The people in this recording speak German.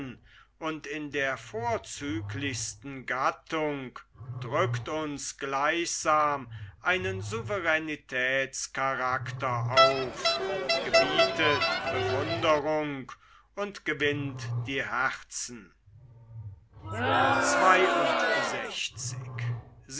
und in der vorzüglichsten gattung drückt uns gleichsam einen souveränitätskarakter auf gebietet bewunderung und gewinnt die herzen